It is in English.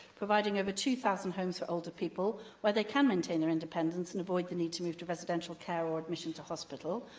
providing over two thousand homes for older people, where they can maintain their independence and avoid the need to move to residential care or admission to hospital.